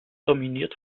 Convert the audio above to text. dominiert